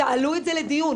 תעלו את זה לדיון.